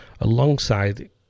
Alongside